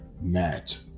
Matt